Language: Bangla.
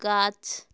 গাছ